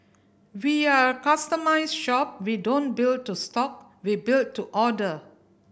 we are a customised shop we don't build to stock we build to order